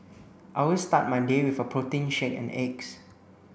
I always start my day with a protein shake and eggs